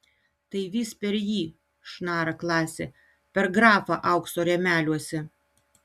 tai vis per jį šnara klasė per grafą aukso rėmeliuose